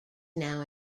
now